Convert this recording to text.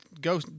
go